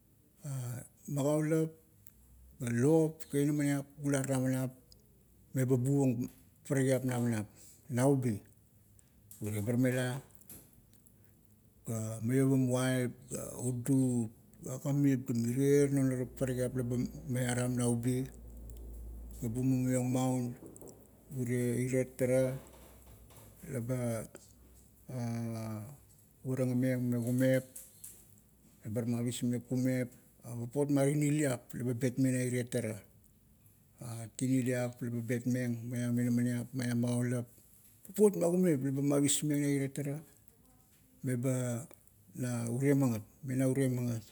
Magaulap, ga lop, ga inaminiap, bular navanap meba buvam parakiap navanap, naubi. Urie bar mela, ga maiovam uap, ga udup, ga kamip, ga buonip, ga mirier non ara parakiap laba miaram naubi, ga mumiong maun, urie irie tara, laba urangameng me kumep, ebar mavismeng kumep, papot ma tiniliap laba betmeng na irie tara. Tiniliap maiam inaminiap, maiam magaulup, papot ma kumep laba mavismeng na irie tara, meba na, urie mavismeng na irie tara, meba na, urie magat, mena urie magat.